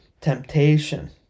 temptation